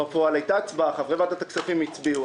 בפועל הייתה הצבעה, חברי ועדת הכספים הצביעו.